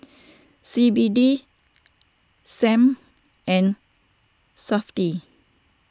C B D Sam and SAFTI